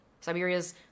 Siberia's